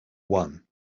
one